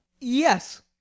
yes